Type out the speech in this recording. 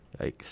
Yikes